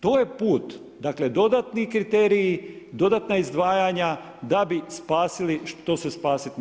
To je put, dakle dodatni kriteriji, dodatna izdvajanja da bi spasili što se spasit može.